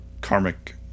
karmic